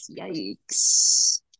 yikes